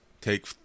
take